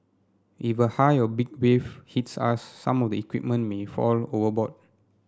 if a high or big wave hits us some of the equipment may fall overboard